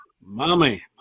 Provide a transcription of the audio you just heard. mommy